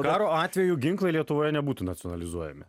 karo atveju ginklai lietuvoje nebūtų nacionalizuojami